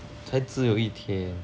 太自由一天